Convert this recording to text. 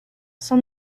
san